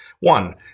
One